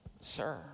Sir